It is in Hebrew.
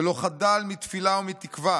ולא חדל מתפילה ומתקווה